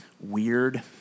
weird